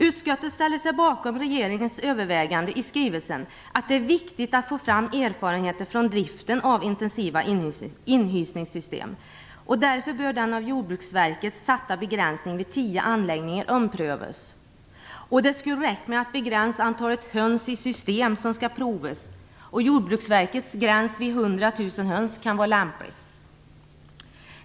Utskottet ställer sig bakom regeringens överväganden i skrivelsen om att det är viktigt att få fram erfarenheter från driften av intensiva inhysningssystem. Därför bör den av Jordbruksverket satta begränsningen vid tio anläggningar omprövas. Det skulle räcka med att begränsa antalet höns i system som skall prövas. Jordbruksverkets gräns vid 100 000 höns kan vara lämplig.